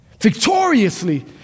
victoriously